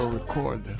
record